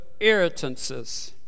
irritances